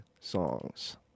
songs